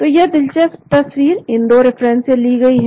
तो यह दिलचस्प तस्वीर इन दो रिफरेंस से ली गई है